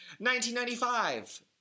1995